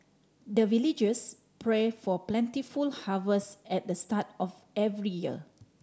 the villagers pray for plentiful harvest at the start of every year